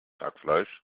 hackfleisch